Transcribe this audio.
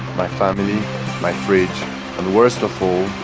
my family my fridge and worst of all,